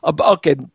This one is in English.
Okay